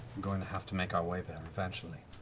going to have to make our way there, eventually.